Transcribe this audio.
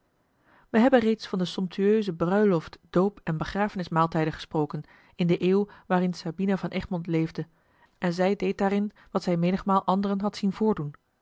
wij hebben reeds van de somptueuse bruiloft doop en begrafenismaaltijden gesproken in de eeuw waarin sabina van egmond leefde en zij deed daarin wat zij menigmaal anderen had zien voordoen